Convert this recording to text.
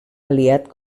aliat